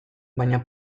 baina